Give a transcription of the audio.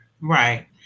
Right